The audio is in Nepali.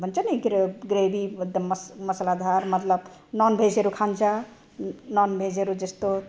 भन्छ नि के रे ग्रेबी एकदम मस मसालादार मतलब ननभेजहरू खान्छ ननभेजहरू जस्तो